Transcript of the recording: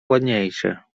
ładniejsze